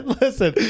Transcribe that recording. listen